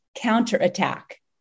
counterattack